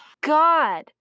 God